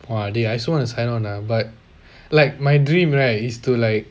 !wah! dey I also want to sign on lah but like my dream right is to like